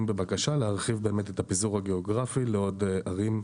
בבקשה להרחיב את הפיזור הגיאוגרפי לעוד ערים.